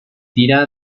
tira